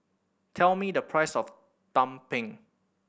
tell me the price of tumpeng